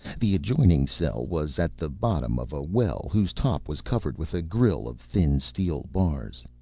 the adjoining cell was at the bottom of a well whose top was covered with a grille of thin steel bars.